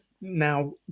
now